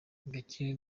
gakire